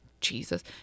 Jesus